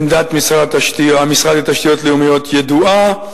עמדת משרד התשתיות הלאומיות ידועה.